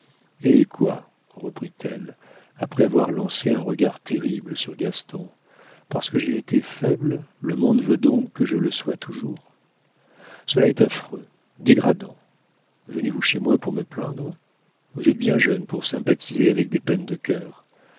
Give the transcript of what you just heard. hé quoi reprit-elle après avoir lancé un regard terrible sur gaston parce que j'ai été faible le monde veut donc que je le sois toujours cela est affreux dégradant venez-vous chez moi pour me plaindre vous êtes bien jeune pour sympathiser avec des peines de cœur